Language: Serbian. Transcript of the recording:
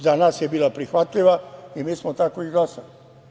Za nas je bila prihvatljiva i mi smo tako i glasali.